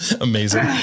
Amazing